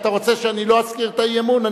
אתה רוצה שאני לא אזכיר את האי-אמון?